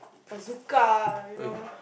bazooka you know